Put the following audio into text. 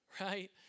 right